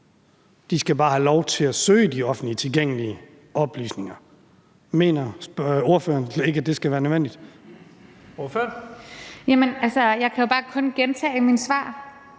skal bare have lov til at søge i de offentligt tilgængelige oplysninger. Mener ordføreren slet ikke, at det er nødvendigt? Kl. 14:00 Første næstformand